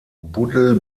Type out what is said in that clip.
buddel